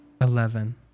Eleven